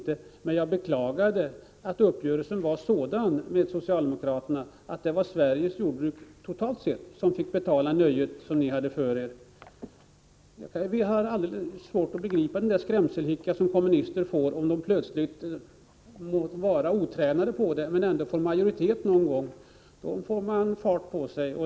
Men jag beklagade att uppgörelsen med socialdemokraterna var sådan att det blev Sveriges jordbruk totalt sett som fick betala för det ni hade för er. Vi har svårt att begripa den skrämselhicka som kommunister får om de plötsligt — låt vara att de är ovana vid det — någon gång får majoritet. Då får man fart på sig.